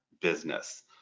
business